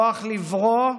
כוח לברוא,